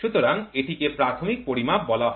সুতরাং এটিকে প্রাথমিক পরিমাপ বলা হয়